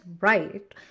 right